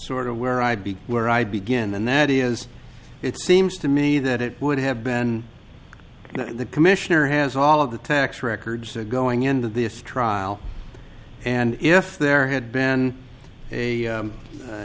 sort of where i'd be where i'd begin and that is it seems to me that it would have been the commissioner has all of the tax records going into the trial and if there had been a